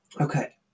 okay